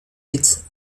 its